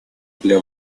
для